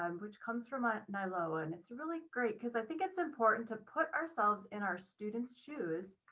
um which comes from ah nylo. and it's really great because i think it's important to put ourselves in our students shoes,